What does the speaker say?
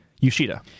Yoshida